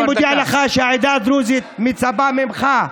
אני מודיע לך, שהעדה הדרוזית מצפה ממך,